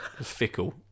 Fickle